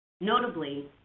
Notably